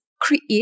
create